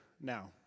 now